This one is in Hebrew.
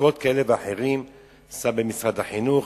מחלקות כאלה ואחרות ושם במשרד החינוך,